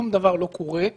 ושוב, בעיקר,